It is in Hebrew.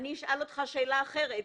אשאל אותך שאלה אחרת: